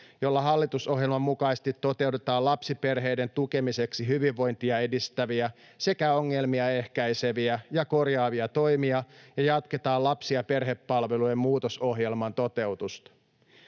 jolla hallitusohjelman mukaisesti toteutetaan lapsiperheiden tukemiseksi hyvinvointia edistäviä sekä ongelmia ehkäiseviä ja korjaavia toimia ja jatketaan lapsi‑ ja perhepalvelujen muutosohjelman toteutusta.